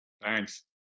Thanks